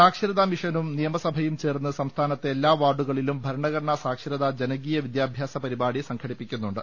സാക്ഷരതാ മിഷനും നിയമസഭയും ചേർന്ന് സംസ്ഥാ നത്തെ എല്ലാ വാർഡുകളിലും ഭരണഘടനാ സാക്ഷരതാ ജനകീയ വിദ്യാഭ്യാസ പരിപാടി സംഘടിപ്പിക്കുന്നുണ്ട്